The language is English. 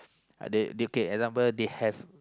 they they okay example they have